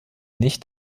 nicht